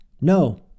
No